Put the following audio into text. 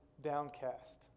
downcast